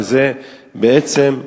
בעצם,